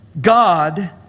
God